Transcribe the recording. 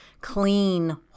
clean